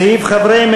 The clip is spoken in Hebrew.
סעיף 02,